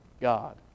God